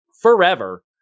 Forever